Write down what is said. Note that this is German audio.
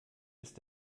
ist